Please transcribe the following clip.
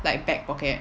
like back pocket